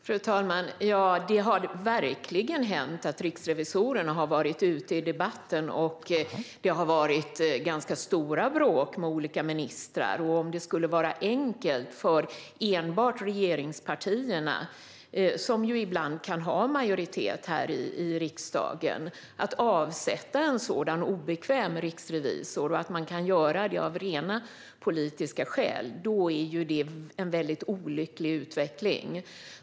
Fru talman! Ja, det har verkligen hänt att riksrevisorerna har varit ute i debatten och att det har varit ganska stora bråk med olika ministrar. Om det skulle vara enkelt för enbart regeringspartierna, som ju ibland kan ha majoritet här i riksdagen, att avsätta en obekväm riksrevisor och om man skulle kunna göra det av rent politiska skäl är det en väldigt olycklig utveckling.